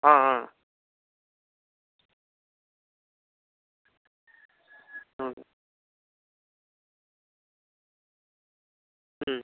ஆ ஆ ம் ம்